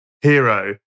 hero